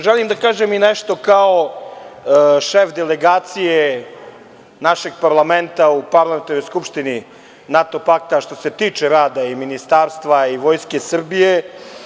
Želim da kažem i nešto kao šef delegacije našeg parlamenta u Parlamentarnoj skupštini NATO pakta, a što se tiče rada ministarstva i Vojske Srbije.